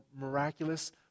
miraculous